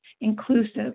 inclusive